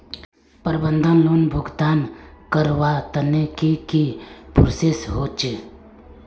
प्रबंधन लोन भुगतान करवार तने की की प्रोसेस होचे?